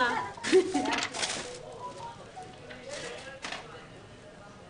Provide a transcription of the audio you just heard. עולה וטובה מאוד.